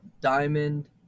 diamond